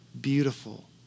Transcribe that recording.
beautiful